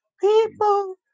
People